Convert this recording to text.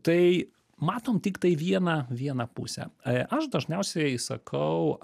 tai matom tiktai vieną vieną pusę aš dažniausiai sakau